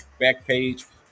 Backpage